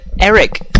Eric